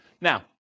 Now